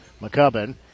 McCubbin